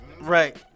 Right